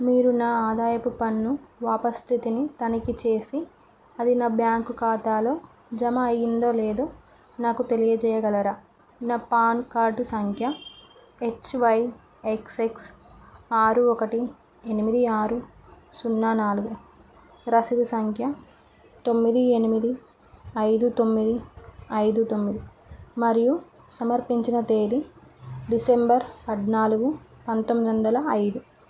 మీరు నా ఆదాయపు పన్ను వాపస్థితిని తనిఖీ చేసి అది నా బ్యాంకు ఖాతాలో జమ అయ్యిందో లేదో నాకు తెలియజేయగలరా నా పాన్ కార్డు సంఖ్య హెచ్వైఎక్స్ఎక్స్ ఆరు ఒకటి ఎనిమిది ఆరు సున్నా నాలుగు రసీదు సంఖ్య తొమ్మిది ఎనిమిది ఐదు తొమ్మిది ఐదు తొమ్మిది మరియు సమర్పించిన తేదీ డిసెంబర్ పద్నాలుగు పంతొమ్మిది వందల ఐదు